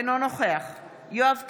אינו נוכח יואב קיש,